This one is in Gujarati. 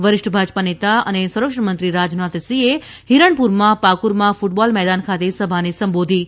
વરિષ્ઠ ભાજપા નેતા અને સંરક્ષણમંત્રી રાજનાથસિંહે હિરણપુરમાં પાકુરમાં ક્રટબોલ મેદાન ખાતે સભાને સંબોધી હતી